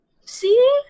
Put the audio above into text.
See